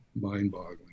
mind-boggling